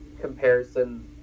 comparison